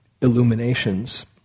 illuminations